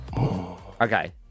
Okay